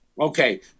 Okay